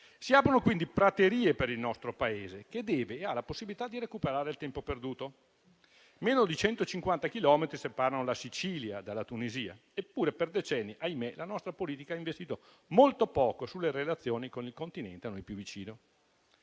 Si aprono quindi praterie per il nostro Paese, che deve e ha la possibilità di recuperare il tempo perduto. Meno di 150 chilometri separano la Sicilia dalla Tunisia. Eppure per decenni, ahimè, la nostra politica ha investito molto poco sulle relazioni con il Continente a noi più vicino.